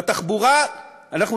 בתחבורה אנחנו